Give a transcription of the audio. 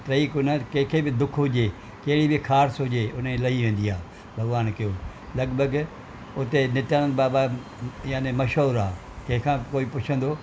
टई कोना कंहिंखे बि दुखु हुजे कहिड़ी बि ख़ारिसि हुजे उनजी लही वेंदी आहे भॻवान के हूअ लॻभॻि हुते नित्यानंद बाबा यानी मशहूर आहे कंहिंखा कोई पुछंदो